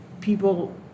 people